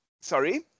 Sorry